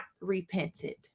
repented